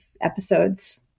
episodes